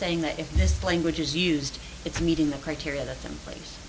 saying that if this language is used it's meeting the criteria that i'm place